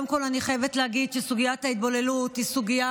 אני חייבת להגיד שסוגיית ההתבוללות היא סוגיה